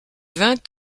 vingt